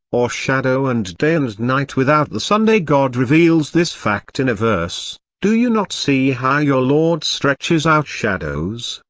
or shadow and day and night without the sun. god reveals this fact in a verse do you not see how your lord stretches out shadows?